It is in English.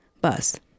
Bus